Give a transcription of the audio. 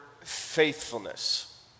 faithfulness